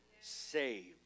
saved